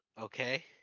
Okay